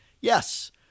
yes